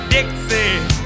Dixie